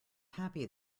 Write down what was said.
happy